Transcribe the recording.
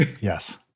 Yes